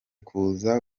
kuza